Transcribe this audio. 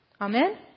Amen